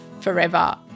forever